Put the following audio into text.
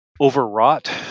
overwrought